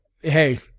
hey